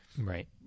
Right